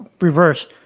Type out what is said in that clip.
reverse